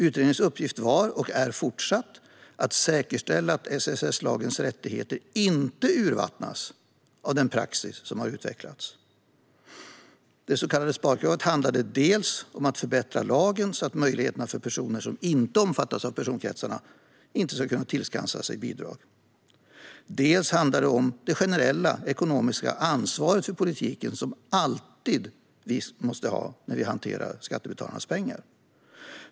Utredningens uppgift var och är fortsatt att säkerställa att LSS-lagens rättigheter inte urvattnas av den praxis som har utvecklats. Det så kallade sparkravet handlade dels om att förbättra lagen så att personer som inte omfattas av personkretsarna inte ska kunna tillskansa sig bidrag. Dels handlar det om det generella ekonomiska ansvaret som vi inom politiken alltid måste ha när vi hanterar skattebetalarnas pengar.